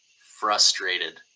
frustrated